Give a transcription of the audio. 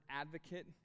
advocate